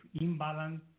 imbalance